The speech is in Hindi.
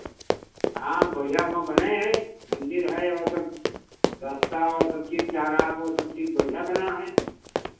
हाँ बढ़ियाँ वहाँ बनै है मंदिर है और सब रास्ता और सब चीज़ तालाब और सब चीज़ बढ़ियाँ बना है